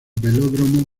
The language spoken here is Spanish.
velódromo